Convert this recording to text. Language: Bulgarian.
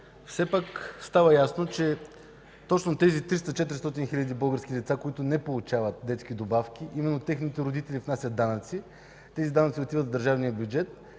Все пак става ясно, че точно тези 300 – 400 хиляди български деца, които не получават детски добавки, именно техните родители внасят данъци. Тези данъци отиват в държавния бюджет